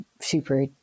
Super